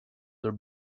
their